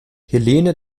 helene